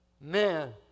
Man